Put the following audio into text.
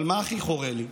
אבל מה הכי חורה לי?